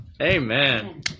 Amen